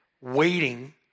waiting